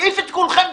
מעיף את כולכם.